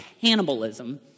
cannibalism